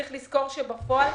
בפועל,